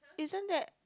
isn't that